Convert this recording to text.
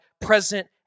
present